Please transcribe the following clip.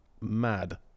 Mad